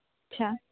अच्छा